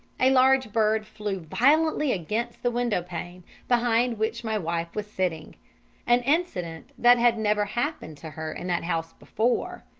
a large bird flew violently against the window-pane behind which my wife was sitting an incident that had never happened to her in that house before.